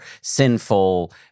sinful